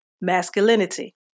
masculinity